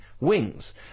wings